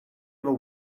other